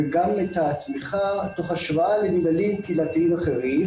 וגם את התמיכה תוך השוואה למינהלים קהילתיים אחרים,